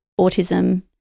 autism